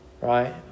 right